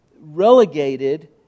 relegated